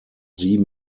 sieben